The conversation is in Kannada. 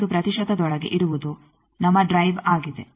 25 ಪ್ರತಿಶತದೊಳಗೆ ಇಡುವುದು ನಮ್ಮ ಡ್ರೈವ್ ಆಗಿದೆ